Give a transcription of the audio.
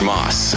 Moss